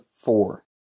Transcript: four